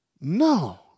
No